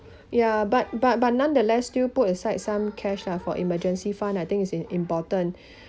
ya but but but nonetheless still put aside some cash lah for emergency fund I think is important